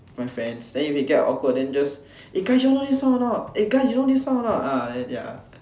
my friends then if they get awkward then just eh guys you all know this song or not eh guys you know this song or not ah then ya